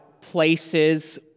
places